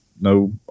no